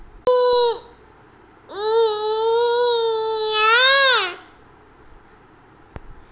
ಗೊಬ್ಬರ ಹಾಕುವುದರಿಂದ ಮಣ್ಣಿಗೆ ಏನಾಗ್ತದ?